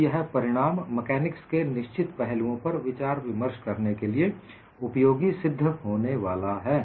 तो यह परिणाम मेकानिक्स के निश्चित पहलुओं पर विचार विमर्श करने के लिए उपयोगी सिद्ध होने वाले हैं